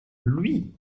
lui